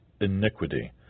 iniquity